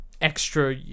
extra